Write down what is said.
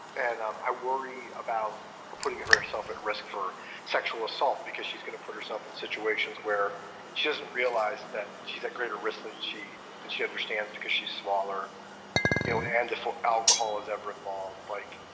and um i worry about her putting herself at risk for sexual assault because she's gonna put herself in situations where she doesn't realize that she's at greater risk than she does. she understands because she's smaller, you know, and the alcohol is ever involved. like,